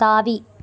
தாவி